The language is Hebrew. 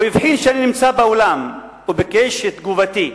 הוא הבחין שאני נמצא באולם, וביקש את תגובתי,